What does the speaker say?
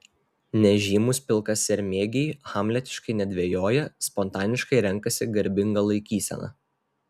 nežymūs pilkasermėgiai hamletiškai nedvejoja spontaniškai renkasi garbingą laikyseną